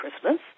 Christmas